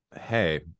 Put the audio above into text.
hey